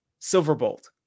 silverbolt